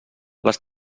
les